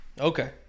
Okay